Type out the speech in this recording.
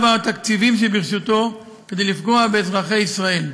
התקציבים שברשותו כדי לפגוע באזרחי ישראל.